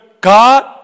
God